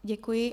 Děkuji.